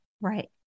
Right